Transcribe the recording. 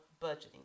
budgeting